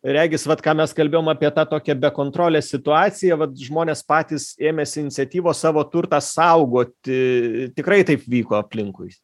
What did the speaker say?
regis vat ką mes kalbėjom apie tą tokią be kontrolės situaciją vat žmonės patys ėmėsi iniciatyvos savo turtą saugoti tikrai taip vyko aplinkui